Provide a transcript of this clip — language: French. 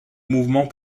mouvement